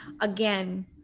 again